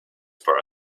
far